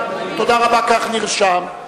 תודה, כך נרשם.